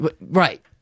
Right